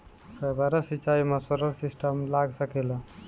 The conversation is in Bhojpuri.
फौबारा सिचाई मै सोलर सिस्टम लाग सकेला?